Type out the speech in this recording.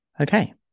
Okay